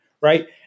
right